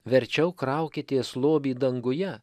verčiau kraukitės lobį danguje